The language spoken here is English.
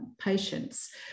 patients